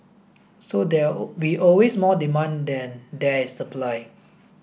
so there all be always more demand than there is supply